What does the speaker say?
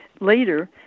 Later